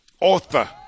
Author